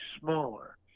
smaller